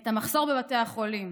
את המחסור בבתי החולים